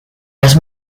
las